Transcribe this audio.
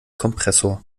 kompressor